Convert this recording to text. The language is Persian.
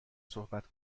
صحبت